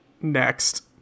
Next